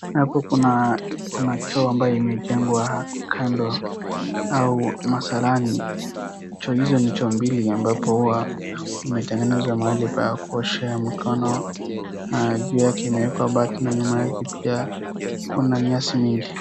Hapo kuna choo ambaye imejengwa kando au msalani. Choo hizo ni choo mbili ambapo huwa imetengenezwa mahali pa kuoshea mikono na juu yake imewekwa bati na nyuma yake pia kuna nyasi mingi.